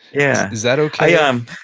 yeah is that okay? yeah. um